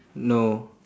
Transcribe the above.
no